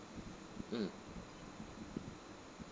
mm